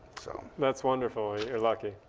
so that's wonderful. you're lucky.